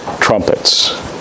trumpets